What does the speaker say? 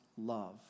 love